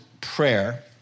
prayer